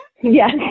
Yes